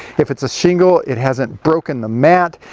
if it's a shingle it hasn't broken the mat,